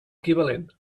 equivalent